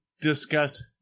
discuss